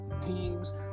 teams